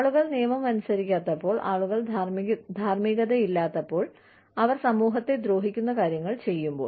ആളുകൾ നിയമം അനുസരിക്കാത്തപ്പോൾ ആളുകൾ ധാർമ്മികതയില്ലാത്തപ്പോൾ അവർ സമൂഹത്തെ ദ്രോഹിക്കുന്ന കാര്യങ്ങൾ ചെയ്യുമ്പോൾ